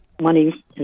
money